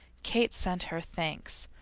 kate sent her thanks,